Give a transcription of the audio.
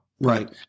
right